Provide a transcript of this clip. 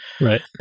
right